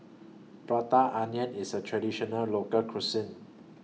Prata Onion IS A Traditional Local Cuisine